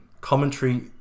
Commentary